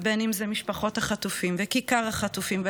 ובין אם את משפחות החטופים וכיכר החטופים,